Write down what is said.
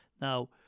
Now